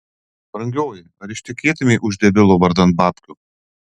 brangioji ar ištekėtumei už debilo vardan babkių